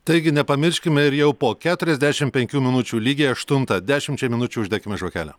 taigi nepamirškime ir jau po keturiasdešim penkių minučių lygiai aštuntą dešimčiai minučių uždekime žvakelę